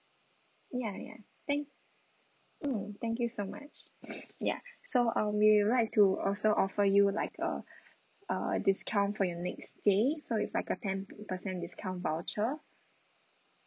ya ya thank mm thank you so much ya so uh we'll like to also offer you like uh uh discount for your next stay so it's like a ten percent discount voucher